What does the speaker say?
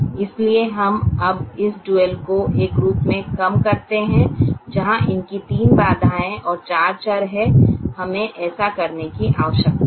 इसलिए हम अब इस डुअल को एक रूप में कम करते हैं जहां इसकी तीन बाधाएं और चार चर हैं हमें ऐसा करने की आवश्यकता है